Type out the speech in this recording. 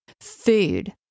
food